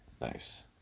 Nice